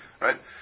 right